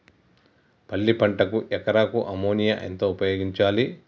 పల్లి పంటకు ఎకరాకు అమోనియా ఎంత ఉపయోగించాలి?